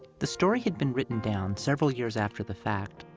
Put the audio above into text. the story had been written down several years after the fact,